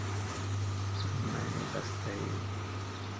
हम मैं बस यही